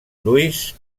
louis